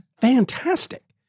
fantastic